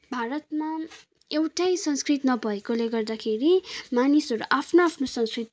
भारतमा एउटै संस्कृत नभएकोले गर्दाखेरि मानिसहरू आफ्नो आफ्नो संस्कृत